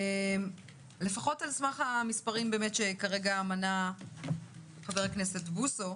לפחות על סמך המספרים שכרגע מנה חבר הכנסת בוסו,